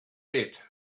bit